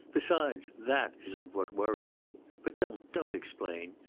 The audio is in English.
besides, that isn't what worries you but don't, don't explain!